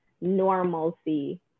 normalcy